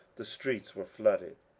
the streets were flooded.